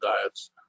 diets